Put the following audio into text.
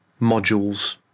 modules